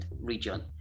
region